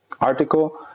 article